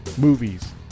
movies